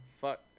Fuck